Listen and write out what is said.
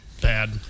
Bad